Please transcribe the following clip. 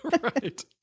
Right